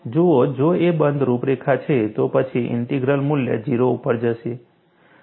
જુઓ જો તે બંધ રૂપરેખા છે તો પછી ઇન્ટિગ્રલ મૂલ્ય 0 ઉપર જશે